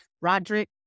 Roderick